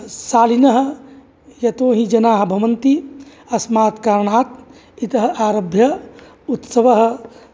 शालिनः यतोहि जनाः भवन्ति अस्मात् करणात् इतः आरभ्य उत्सवः